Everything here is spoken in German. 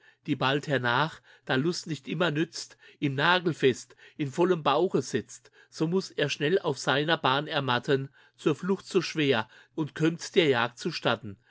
die bald hernach da lust nicht immer nützt ihm nagelvest in vollem bauche sitzt so muß er schnell auf seiner bahn ermatten zur flucht zu schwer und kömmt der jagd zustatten